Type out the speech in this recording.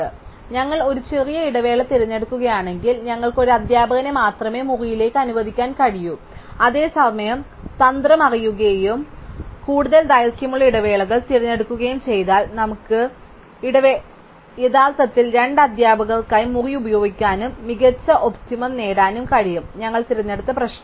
അതിനാൽ ഞങ്ങൾ ഒരു ചെറിയ ഇടവേള തിരഞ്ഞെടുക്കുകയാണെങ്കിൽ ഞങ്ങൾക്ക് ഒരു അധ്യാപകനെ മാത്രമേ മുറിയിലേക്ക് അനുവദിക്കാൻ കഴിയൂ അതേസമയം തന്ത്രം അറിയുകയും കൂടുതൽ ദൈർഘ്യമുള്ള ഇടവേളകൾ തിരഞ്ഞെടുക്കുകയും ചെയ്താൽ നമുക്ക് യഥാർത്ഥത്തിൽ രണ്ട് അധ്യാപകർക്കായി മുറി ഉപയോഗിക്കാനും മികച്ച ഒപ്റ്റിമം നേടാനും കഴിയും ഞങ്ങൾ തിരഞ്ഞെടുത്ത പ്രശ്നം